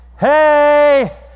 Hey